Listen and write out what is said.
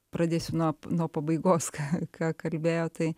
pradėsiu nuo nuo pabaigos ką ką kalbėjo tai